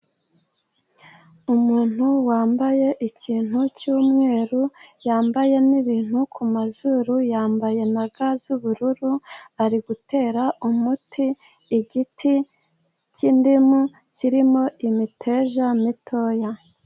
Umuntu wambaye ikintu cyumweru, yambaye n'ibintu kumazuru, yambaye na ga z'ubururu, ari gutera umuti igiti k'indimu kirimo imiteja mitoya.